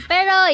Pero